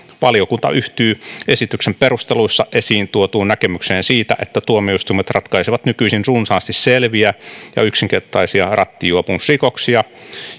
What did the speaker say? valiokunta yhtyy esityksen perusteluissa esiin tuotuun näkemykseen siitä että tuomioistuimet ratkaisevat nykyisin runsaasti selviä ja yksinkertaisia rattijuopumusrikoksia